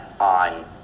On